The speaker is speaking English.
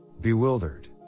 bewildered